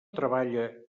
treballa